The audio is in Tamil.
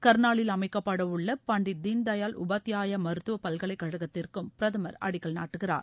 கானாலில் அமைக்கப்படவுள்ள பண்டிட் தீன்தயாள் உபாத்யாயா மருத்துவ பல்கலைக்கழகத்திற்கும் பிரதமர் அடிக்கல் நாட்டுகிறார்